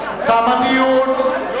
רבותי,